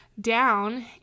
down